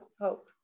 hope